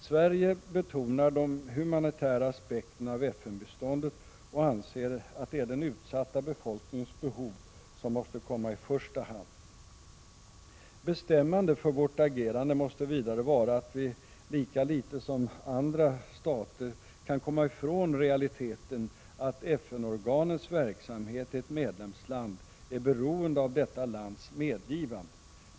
Sverige betonar de humanitära aspekterna av FN-biståndet och anser att 79 det är den utsatta befolkningens behov, som måste komma i första hand. Bestämmande för vårt agerande måste vidare vara att vi lika litet som andra stater kan komma ifrån realiteten att FN-organens verksamhet i ett medlemsland är beroende av detta lands medgivande.